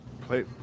Play